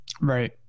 right